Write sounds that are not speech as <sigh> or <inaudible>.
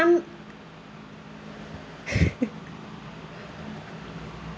<laughs>